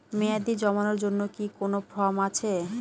মেয়াদী জমানোর জন্য কি কোন ফর্ম আছে?